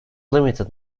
limited